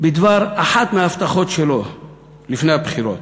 בדבר אחת מההבטחות שלו לפני הבחירות,